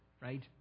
right